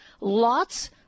lots